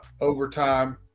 overtime